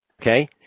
okay